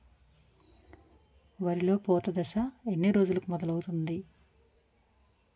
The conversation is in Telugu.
వరిలో పూత దశ ఎన్ని రోజులకు మొదలవుతుంది?